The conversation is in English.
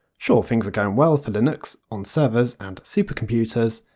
sure things are going well for linux on servers and supercomputers,